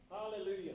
Hallelujah